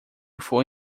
foi